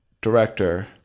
director